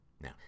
Now